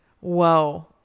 Whoa